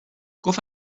گفت